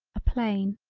a plain.